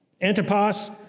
Antipas